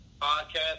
podcast